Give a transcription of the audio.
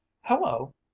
Hello